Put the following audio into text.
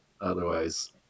otherwise